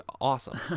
awesome